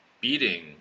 beating